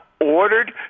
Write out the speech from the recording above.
ordered